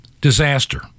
disaster